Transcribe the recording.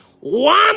one